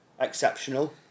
exceptional